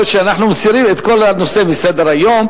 או שאנחנו מסירים את כל הנושא מסדר-היום.